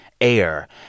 air